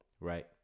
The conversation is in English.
right